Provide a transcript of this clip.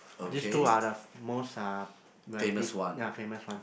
this two are the most uh when pe~ ya famous one